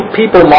people